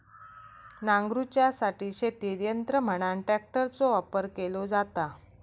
नांगरूच्यासाठी शेतीत यंत्र म्हणान ट्रॅक्टरचो वापर केलो जाता